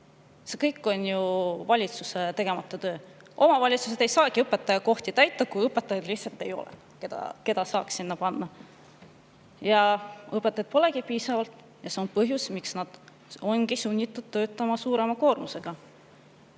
See kõik on ju valitsuse tegemata töö. Omavalitsused ei saagi õpetajakohti täita, kui lihtsalt ei ole õpetajaid, keda saaks sinna panna. Õpetajaid pole piisavalt ja see ongi põhjus, miks nad ongi sunnitud töötama suurema koormusega. Ja